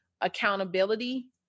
accountability